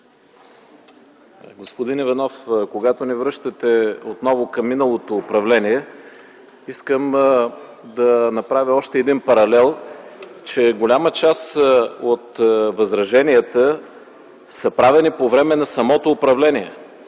Господин Иванов, когато ни връщате отново към миналото управление, искам да направя още един паралел – че голяма част от възраженията са правени по време на самото управление.